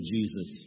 Jesus